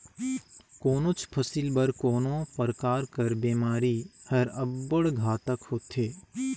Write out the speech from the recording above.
कोनोच फसिल बर कोनो परकार कर बेमारी हर अब्बड़ घातक होथे